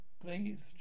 Please